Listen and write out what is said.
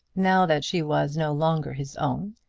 now that she was no longer his own,